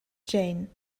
jane